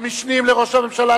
המשנים לראש הממשלה,